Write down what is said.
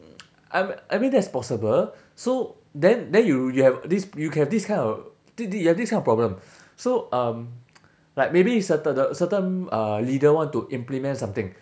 I I mean that's possible so then then you you have this you can have this kind of thi~ thi~ ya this kind of problem so um like maybe certain the certain uh leader want to implement something